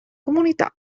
comunità